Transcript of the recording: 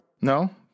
No